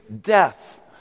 death